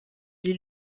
die